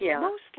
mostly